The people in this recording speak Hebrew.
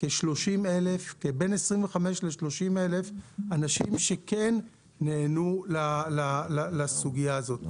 כשבין 25,000 ל-30,000 נענו לסוגיה הזאת.